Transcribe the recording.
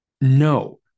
No